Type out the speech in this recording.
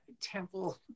temple